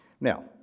Now